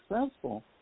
successful